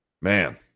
Man